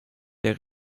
der